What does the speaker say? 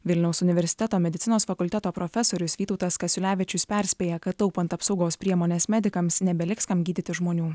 vilniaus universiteto medicinos fakulteto profesorius vytautas kasiulevičius perspėja kad taupant apsaugos priemones medikams nebeliks kam gydyti žmonių